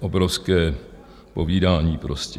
Obrovské povídání prostě.